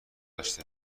گذشته